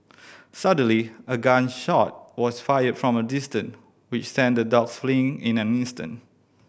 suddenly a gun shot was fired from a distance which sent the dogs fleeing in an instant